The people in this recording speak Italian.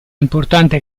importante